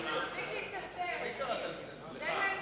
אתם, תגיד, תגיד, שתי מדינות לשני עמים אתה מוכן?